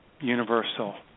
universal